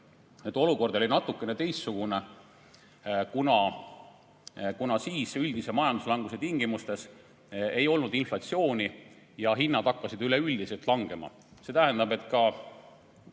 olukord natukene teistsugune, kuna siis üldise majanduslanguse tingimustes ei olnud inflatsiooni ja hinnad hakkasid üleüldiselt langema. See tähendab, et